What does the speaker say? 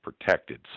protected